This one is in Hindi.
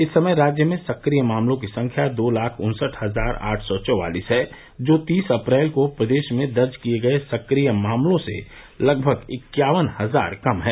इस समय राज्य में सक्रिय मामलों की संख्या दो लाख उन्सठ हजार आठ सौ चौवालीस है जो तीस अप्रैल को प्रदेश में दर्ज किये गये सक्रिय मामलों से लगभग इक्यावन हजार कम है